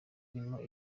irimo